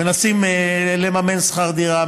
מנסים לממן שכר דירה,